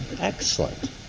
Excellent